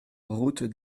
route